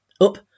up